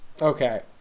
Okay